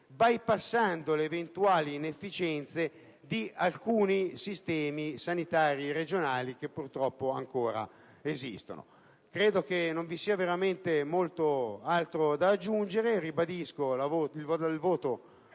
bypassando le eventuali inefficienze di alcuni sistemi sanitari regionali che purtroppo ancora esistono. Credo che non vi sia veramente molto altro da aggiungere. Ribadisco il voto